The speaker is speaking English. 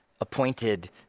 appointed